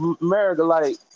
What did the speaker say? America-like